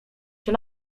się